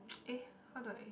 eh how do I